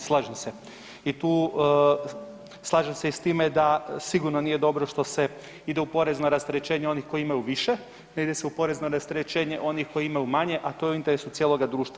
I slažem se i tu, slažem se i s time da sigurno nije dobro što se ide u porezno rasterećenje onih koji imaju više, da ide se u porezno rasterećenje onih koji imaju manje, a to je u interesu cijeloga društva.